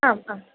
आम् आम्